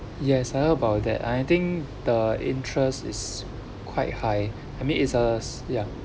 yes I heard about that I think the interest is quite high I mean it's a ya